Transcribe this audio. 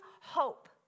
hope